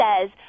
says